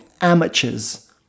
amateurs